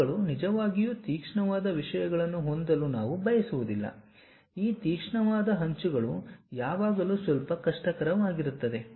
ಅಂಚುಗಳು ನಿಜವಾಗಿಯೂ ತೀಕ್ಷ್ಣವಾದ ವಿಷಯಗಳನ್ನು ಹೊಂದಲು ನಾವು ಬಯಸುವುದಿಲ್ಲ ಈ ತೀಕ್ಷ್ಣವಾದ ಅಂಚುಗಳು ಯಾವಾಗಲೂ ಸ್ವಲ್ಪ ಕಷ್ಟಕರವಾಗಿರುತ್ತದೆ